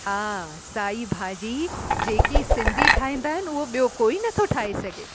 हा साई भाॼी जेके सिंधी ठाहींदा आहिनि उहो ॿियो कोई नथो ठाहे सघे